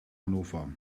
hannover